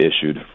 issued